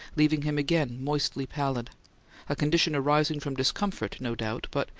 leaving him again moistly pallid a condition arising from discomfort, no doubt, but,